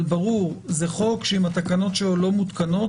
אבל ברור זה חוק שאם התקנות שלו לא מותקנות,